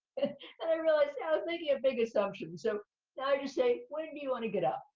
then i realized i was making a big assumption. so now i just say, when do you wanna get up?